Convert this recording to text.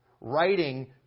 writing